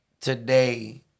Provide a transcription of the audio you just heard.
today